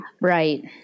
Right